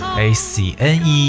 acne